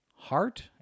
Heart